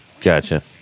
Gotcha